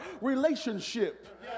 relationship